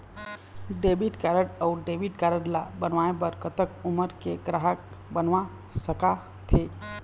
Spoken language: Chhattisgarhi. क्रेडिट कारड अऊ डेबिट कारड ला बनवाए बर कतक उमर के ग्राहक बनवा सका थे?